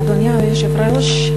אדוני היושב-ראש,